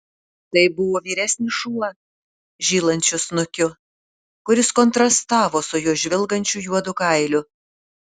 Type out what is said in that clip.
tai buvo vyresnis šuo žylančiu snukiu kuris kontrastavo su jo žvilgančiu juodu kailiu